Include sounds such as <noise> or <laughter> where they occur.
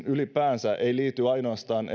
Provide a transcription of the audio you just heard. <unintelligible> ylipäänsä ei liity ainoastaan <unintelligible>